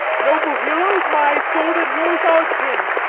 noble heroes, my sword and yours are kin.